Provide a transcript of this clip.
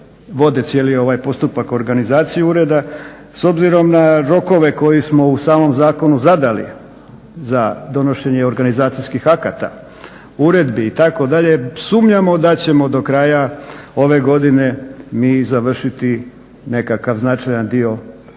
ovaj cijeli postupak, organizaciju ureda. S obzirom na rokove koje smo u samom zakonu zadali za donošenje organizacijskih akata, uredbi itd., sumnjamo da ćemo do kraja ove godine mi i završiti nekakav značajan dio posla